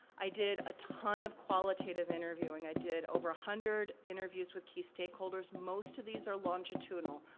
i did a ton of qualitative interviewing. i did over a hundred interviews with key stakeholders, most of these are longitudinal.